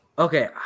Okay